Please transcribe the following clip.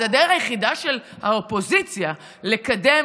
אז הדרך היחידה של האופוזיציה לקדם